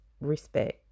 respect